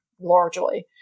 largely